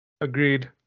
Agreed